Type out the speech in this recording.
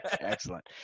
Excellent